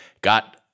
got